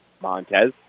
Montez